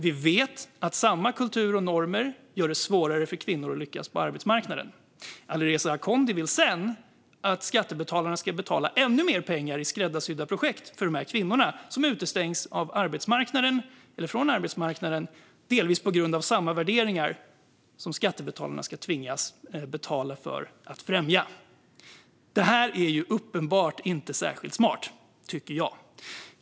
Vi vet att samma kultur och normer gör det svårare för kvinnor att lyckas på arbetsmarknaden. Alireza Akhondi vill sedan att skattebetalarna ska betala ännu mer pengar till skräddarsydda projekt för de här kvinnorna som utestängs från arbetsmarknaden delvis på grund av samma värderingar som skattebetalarna ska tvingas betala för att främja. Där här är uppenbart inte särskilt smart, tycker jag.